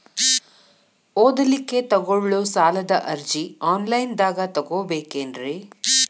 ಓದಲಿಕ್ಕೆ ತಗೊಳ್ಳೋ ಸಾಲದ ಅರ್ಜಿ ಆನ್ಲೈನ್ದಾಗ ತಗೊಬೇಕೇನ್ರಿ?